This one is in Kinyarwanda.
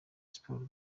sports